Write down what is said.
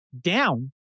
down